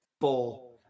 Four